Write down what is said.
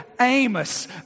Amos